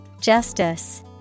Justice